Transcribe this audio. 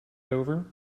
over